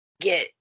get